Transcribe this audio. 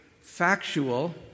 factual